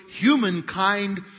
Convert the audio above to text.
humankind